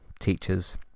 teachers